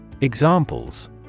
Examples